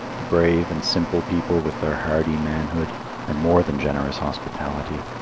the brave and simple people with their hardy manhood and more than generous hospitality,